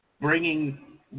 bringing